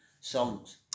songs